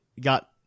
got